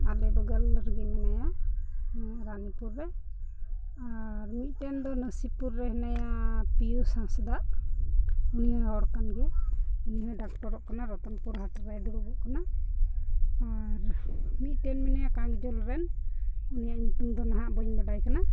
ᱟᱞᱮ ᱵᱚᱜᱚᱞ ᱮᱜᱮ ᱢᱮᱱᱟᱭᱟ ᱱᱟᱨᱟᱱᱯᱩᱨ ᱨᱮ ᱟᱨ ᱢᱤᱫᱴᱮᱱ ᱫᱚ ᱱᱟᱹᱥᱤᱯᱩᱨ ᱨᱮ ᱦᱮᱱᱟᱭᱟ ᱯᱤᱭᱳᱥ ᱦᱟᱸᱥᱫᱟ ᱱᱩᱭ ᱦᱚᱸ ᱦᱚᱲ ᱠᱟᱱ ᱜᱮᱭᱟᱭ ᱱᱩᱭ ᱦᱚᱸ ᱰᱟᱠᱛᱚᱨᱚᱜ ᱠᱟᱱᱟ ᱨᱚᱛᱚᱱᱯᱩᱨ ᱦᱟᱴ ᱨᱮ ᱫᱩᱲᱩᱵᱚᱜ ᱠᱟᱱᱟ ᱟᱨ ᱢᱤᱫᱴᱮᱱ ᱢᱮᱱᱟᱭᱟ ᱨᱮᱱ ᱩᱱᱤᱭᱟᱜ ᱧᱩᱛᱩᱢ ᱫᱚᱦᱟᱸᱜ ᱵᱟᱹᱧ ᱵᱟᱰᱟᱭ ᱠᱟᱱᱟ